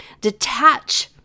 detach